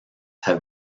have